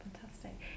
Fantastic